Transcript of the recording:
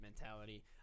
mentality